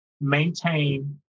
maintain